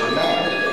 של מה?